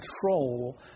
control